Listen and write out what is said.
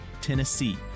Tennessee